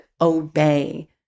obey